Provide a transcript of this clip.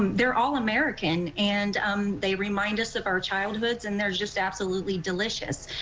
they're all american, and um they remind us of our childhood and they're just absolutely delicious.